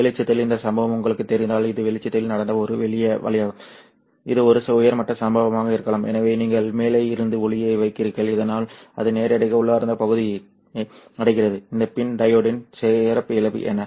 வெளிச்சத்தில் இந்த சம்பவம் உங்களுக்குத் தெரிந்தால் இது வெளிச்சத்தில் நடந்த ஒரு வழியாகும் இது ஒரு உயர்மட்ட சம்பவமாகவும் இருக்கலாம் எனவே நீங்கள் மேலே இருந்து ஒளியை வைக்கிறீர்கள் இதனால் அது நேரடியாக உள்ளார்ந்த பகுதியை அடைகிறது இந்த PIN டையோட்டின் சிறப்பியல்பு என்ன